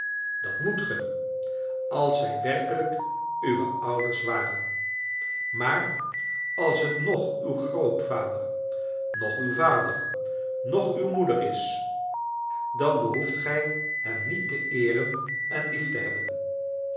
dat moet ge als zij werkelijk uwe ouders waren maar als het noch uw grootvader noch uw vader noch uw moeder is dan behoeft gij hen niet te eeren en lief te hebben